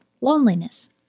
loneliness